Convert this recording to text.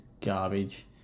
garbage